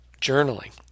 Journaling